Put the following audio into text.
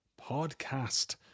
podcast